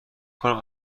کنم